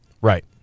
Right